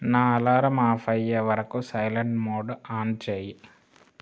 నా alarm off అయ్యే వరకు సైలెంట్ మోడ్ ఆన్ చేయి